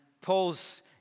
Paul's